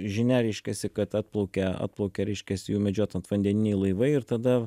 žinia reiškiasi kad atplaukia atplaukia reiškias jų medžiot antvandeniniai laivai ir tada